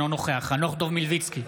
אינו נוכח חנוך דב מלביצקי,